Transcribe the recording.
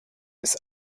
ist